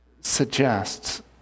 suggests